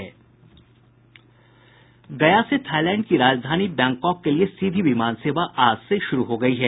गया से थाईलैंड की राजधानी बैंकॉक के लिए सीधी विमान सेवा आज से शुरू हो गयी है